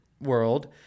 world